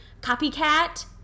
Copycat